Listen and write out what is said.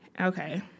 Okay